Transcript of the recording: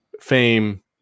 fame